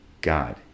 God